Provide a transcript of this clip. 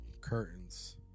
curtains